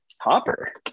Hopper